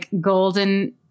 golden